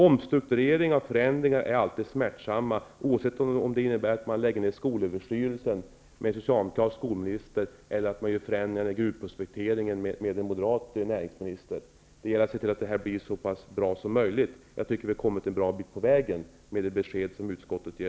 Omstruktureringar och förändringar är alltid smärtsamma oavsett om man med en socialdemokratisk skolminister lägger ner skolöverstyrelsen eller om man med en moderat näringsminister gör förändringar i gruvprospekteringen. Det gäller att se till att det här blir så bra som möjligt. Jag tycker att vi har kommit en bra bit på vägen med det besked utskottet ger.